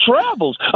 travels